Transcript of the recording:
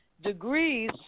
degrees